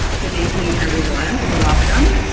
good evening everyone, and welcome.